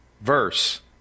verse